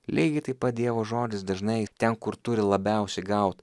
lygiai taip pat dievo žodis dažnai ten kur turi labiausiai gaut